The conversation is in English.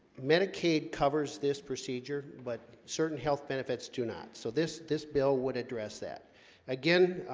medicaid covers this procedure, but certain health benefits do not so this this bill would address that again,